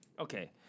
Okay